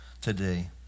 today